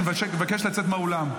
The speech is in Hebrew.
אני מבקש לצאת מהאולם.